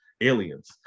aliens